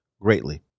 greatly